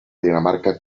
dinamarca